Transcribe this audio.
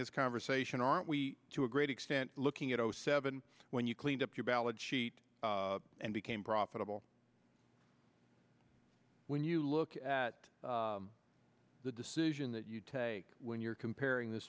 this conversation aren't we to a great extent looking at zero seven when you cleaned up your balance sheet and became profitable when you look at the decision that you take when you're comparing th